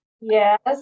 Yes